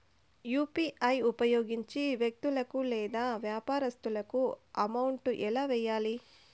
UPI ఉపయోగించి వ్యక్తులకు లేదా వ్యాపారస్తులకు అమౌంట్ ఎలా వెయ్యాలి